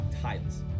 tiles